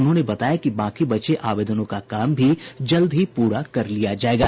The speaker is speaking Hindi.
उन्होंने बताया कि बाकी बचे आवेदनों का काम भी जल्द पूरा कर लिया जायेगा